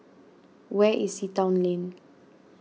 where is the Sea Town Lane